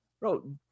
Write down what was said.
Bro